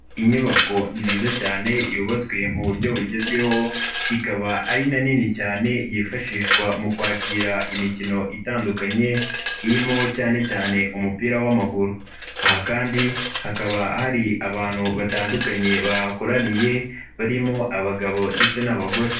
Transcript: Inyubako nziza cyane yubatswe mu buryo bugezweho, ikaba ari na nini cyane yifashishwa mu kwakira imikino itandukanye irimo cyane cyane umupira w'amaguru. Aha kandi hakaba hari abantu batandukanye bahakoraniye, barimo abagabo ndetse n'abagore.